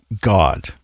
God